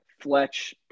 Fletch